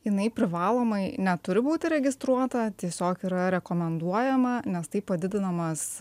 jinai privalomai neturi būti registruota tiesiog yra rekomenduojama nes taip padidinamas